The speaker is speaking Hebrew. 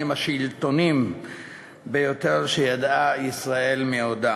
השלטוניים הגדולים ביותר שידעה ישראל מעודה.